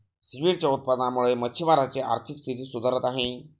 सीव्हीडच्या उत्पादनामुळे मच्छिमारांची आर्थिक स्थिती सुधारत आहे